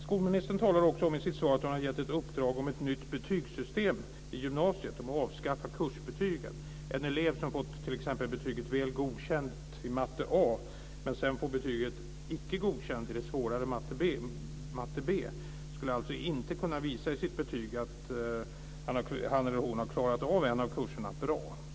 Skolministern talar också i sitt svar om att hon har gett en grupp i uppdrag att lämna förslag om ett nytt betygssystem i gymnasiet - om att avskaffa kursbetygen. En elev som fått t.ex. betyget Väl godkänd i matte A men sedan får betyget Icke godkänd i det svårare matte B skulle alltså inte i sitt betyg kunna visa att han eller hon har klarat av en av kurserna bra.